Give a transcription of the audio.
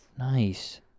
Nice